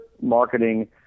marketing